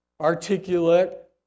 articulate